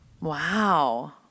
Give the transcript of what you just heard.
Wow